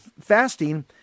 fasting